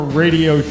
radio